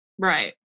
Right